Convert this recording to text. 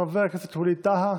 חבר הכנסת ווליד טאהא,